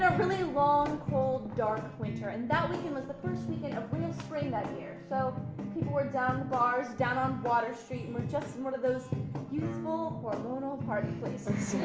really long, cold, dark winter. and that weekend was the first weekend of real spring that year. so people were down bars, down on water street, and were just in one of those youthful, hormonal party places.